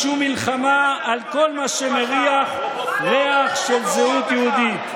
קידשו מלחמה על כל מה שמריח ריח של זהות יהודית.